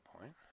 point